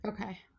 Okay